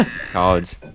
College